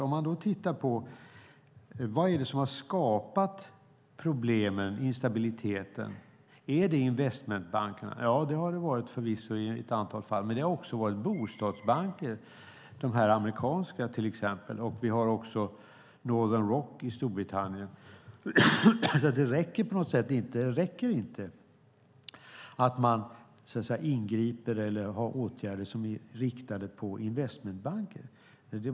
Om man tittar på vad det är som har skapat problemen och instabiliteten - är det investmentbankerna? Det har det förvisso varit i ett antal fall, men det har också varit bostadsbanker, de amerikanska exemplen, och vi har också Northern Rock i Storbritannien. Det räcker alltså inte att man ingriper mot eller har åtgärder som är inriktade på investmentbanker.